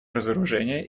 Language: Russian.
разоружения